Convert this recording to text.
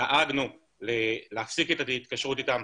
דאגנו להפסיק את ההתקשרות איתם,